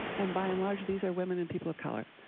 and by and large, these are women and people of color.